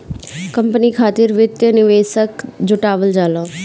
company खातिर वित्तीय निवेशक जुटावल जाला